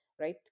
right